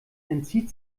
entzieht